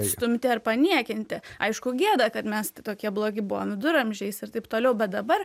išstumti ar paniekinti aišku gėda kad mes tokie blogi buvom viduramžiais ir taip toliau bet dabar